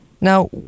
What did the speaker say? Now